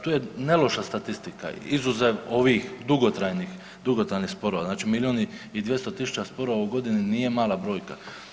Tu je neloša statistika izuzev ovih dugotrajnih, dugotrajnih sporova, znači milion i 200 tisuća sporova u godini nije mala brojka.